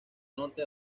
norte